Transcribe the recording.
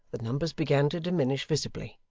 the numbers began to diminish visibly,